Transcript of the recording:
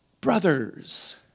brothers